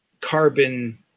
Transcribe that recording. carbon